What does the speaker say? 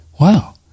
Wow